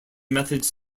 methods